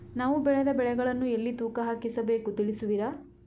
ನಾವು ಬೆಳೆದ ಬೆಳೆಗಳನ್ನು ಎಲ್ಲಿ ತೂಕ ಹಾಕಿಸಬೇಕು ತಿಳಿಸುವಿರಾ?